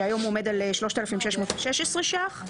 שהיום עומד על 3,616 שקלים.